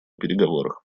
переговорах